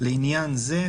לעניין זה,